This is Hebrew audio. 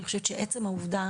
אני חושבת שעצם העובדה